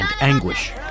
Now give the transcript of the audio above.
anguish